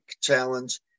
challenge